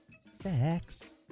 Sex